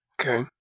Okay